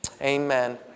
amen